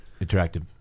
attractive